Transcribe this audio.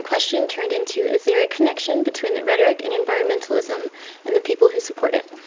question turned into, is there a connection between the rhetoric and environmentalism and the people who support it?